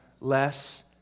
less